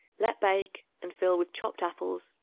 let bake and fill with chopped apples,